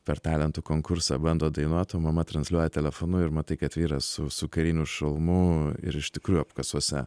per talentų konkursą bando dainuot o mama transliuoja telefonu ir matai kad vyras su su kariniu šalmu ir iš tikrųjų apkasuose